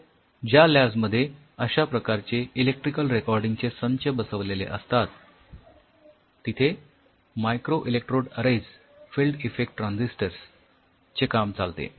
तर ज्या लॅब्स मध्ये अश्या प्रकारचे इलेक्ट्रिकल रेकॉर्डिंग चे संच बसवलेले असतात तिथे microelectrode arrays field effect transistors चे काम चालते